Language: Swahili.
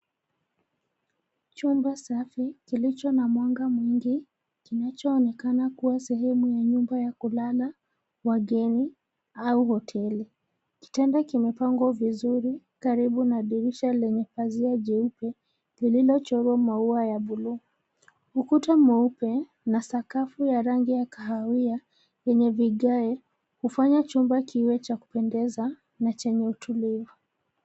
Chumba safi kilicho na mwanga mwingi; kinachoonekana kuwa sehemu ya nyumba ya kulala wageni au hoteli. Kitanda kimepangwa vizuri karibu na dirisha lenye pazia jeupe lililochorwa maua ya buluu. Ukuta mweupe na sakafu ya rangi ya kahawia kwenye vigae hufanya chumba kiwe cha kupendeza na chenye utulivu.